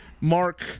Mark